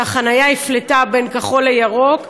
שהחניה הפלתה בין כחול לירוק.